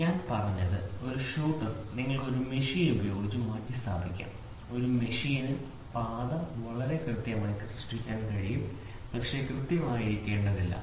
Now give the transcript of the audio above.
ഞാൻ പറഞ്ഞത് ഒരു ഷൂട്ടർ നിങ്ങൾക്ക് ഒരു മെഷീൻ ഉപയോഗിച്ച് മാറ്റിസ്ഥാപിക്കാം ഒരു മെഷീന് പാത വളരെ കൃത്യമായി സൃഷ്ടിക്കാൻ കഴിയും പക്ഷേ കൃത്യമായിരിക്കേണ്ടതില്ല